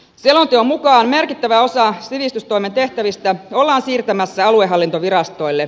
selonteon mukaan merkittävä osa sivistystoimen tehtävistä ollaan siirtämässä aluehallintovirastoille